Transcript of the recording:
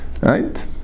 Right